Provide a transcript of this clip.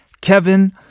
Kevin